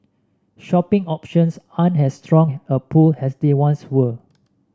shopping options aren't as strong a pull as they once were